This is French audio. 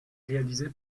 réalisé